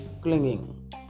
clinging